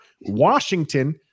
washington